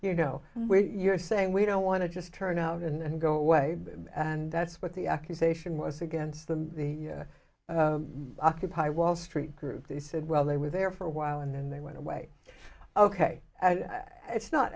you know you're saying we don't want to just turn out and go away and that's what the accusation was against them the occupy wall street group they said well they were there for a while and then they went away ok and it's not